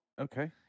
Okay